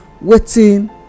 waiting